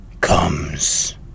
comes